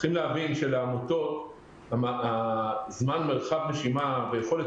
צריכים להבין שזמן המרחב לנשימה ויכולת